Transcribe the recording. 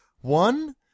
One